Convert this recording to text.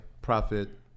profit